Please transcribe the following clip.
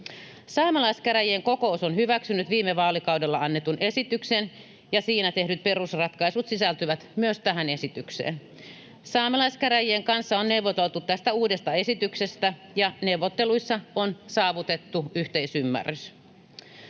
Saamelaiskäräjien kokous on hyväksynyt viime vaalikaudella annetun esityksen, ja siinä tehdyt perusratkaisut sisältyvät myös tähän esitykseen. Saamelaiskäräjien kanssa on neuvoteltu tästä uudesta esityksestä, ja neuvotteluissa on saavutettu yhteisymmärrys.